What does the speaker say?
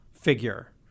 figure